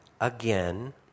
again